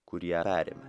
kurį ją perėmė